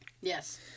Yes